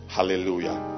Hallelujah